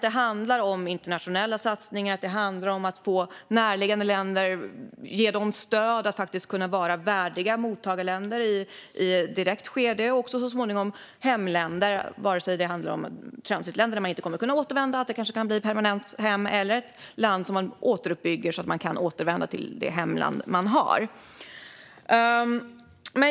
Det handlar om internationella satsningar och att ge närliggande länder stöd i att kunna vara värdiga mottagarländer i ett direkt skede, oavsett om de är transitländer dit man inte kommer att kunna återvända, om det är ett land som kanske kan bli ett permanent hem eller ett land som återuppbyggs så att man kan återvända till sitt hemland.